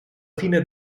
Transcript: fine